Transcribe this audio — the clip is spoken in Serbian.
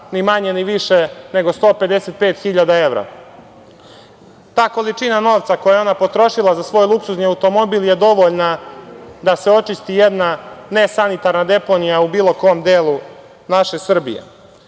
ni manje ni više nego 155 hiljada evra. Ta količina novca koji je ona potrošila za svoj luksuzni automobil je dovoljna da se očisti jedna nesanitarna deponija u bilo kom delu naše Srbije. Kao